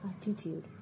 attitude